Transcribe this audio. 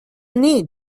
need